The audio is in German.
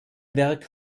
werk